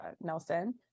Nelson